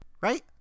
right